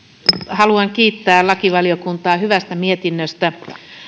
haluan kiittää lakivaliokuntaa hyvästä mietinnöstä